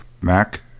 Mac